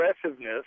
aggressiveness